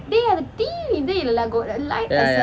ya ya